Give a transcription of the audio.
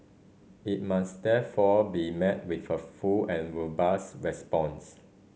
it must therefore be met with a full and robust response